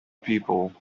people